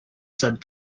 said